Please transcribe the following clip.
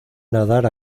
nadar